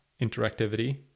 interactivity